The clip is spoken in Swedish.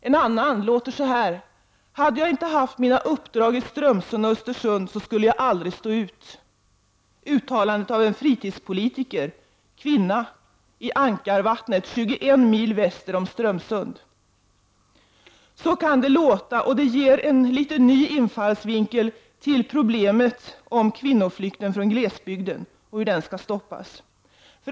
En annan är följande: ”Hade jag inte mina uppdrag i Strömsund och Östersund så skulle jag aldrig stå ut.” Det är ett uttalande av en fritidspolitiker — kvinna — i Ankarvattnet 21 mil väster om Strömsund. Så kan det låta. Det ger en litet ny infallsvinkel till problemet om kvinnoflykten från glesbygden och hur den skall stoppas.